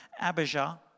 Abijah